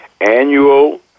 annual